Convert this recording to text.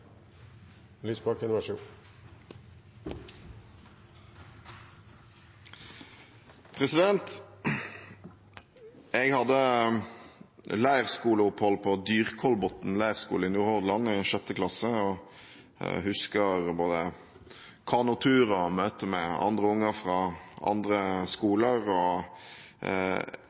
Jeg hadde leirskoleopphold på Dyrkolbotn Leirskole i Nordhordland i 6. klasse, og jeg husker både kanotur og møter med andre unger fra andre skoler, og